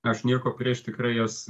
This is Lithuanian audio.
aš nieko prieš tikrai jas